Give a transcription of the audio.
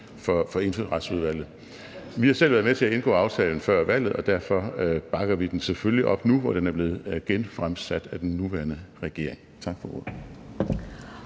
for Indfødsretsudvalget. Vi har selv været med til at indgå aftalen før valget, og derfor bakker vi den selvfølgelig op nu, hvor den er blevet genfremsat af den nuværende regering.